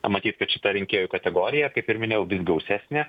pamatyt kad šita rinkėjų kategorija kaip ir minėjau gausesnė